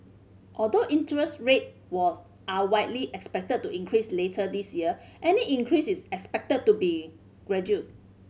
although interest rate was are widely expected to increase later this year any increase is expected to be gradual